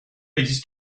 existe